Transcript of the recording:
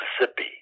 Mississippi